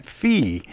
fee